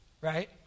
right